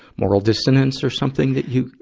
moral dissonance or something that you